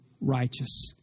righteous